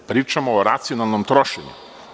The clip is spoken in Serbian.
Pričamo o racionalnom trošenju.